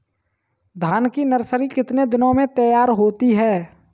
धान की नर्सरी कितने दिनों में तैयार होती है?